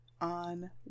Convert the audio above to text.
on